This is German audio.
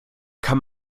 kann